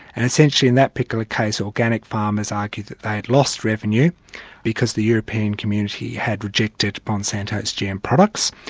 and essentially in that particular case, organic farmers argued that they had lost revenue because the european community had rejected monsanto's gm products,